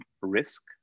risk